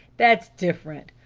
that's different!